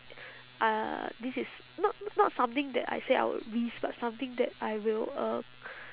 uh this is not not something that I say I would risk but something that I will uh